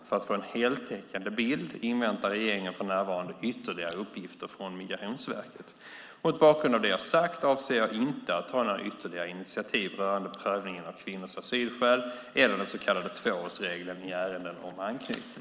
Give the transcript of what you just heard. För att få en heltäckande bild inväntar regeringen för närvarande ytterligare uppgifter från Migrationsverket. Mot bakgrund av det jag har sagt avser jag inte att ta några ytterligare initiativ rörande prövningen av kvinnors asylskäl eller den så kallade tvåårsregeln i ärenden om anknytning.